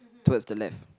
towards the left